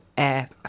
air